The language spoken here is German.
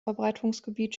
verbreitungsgebiet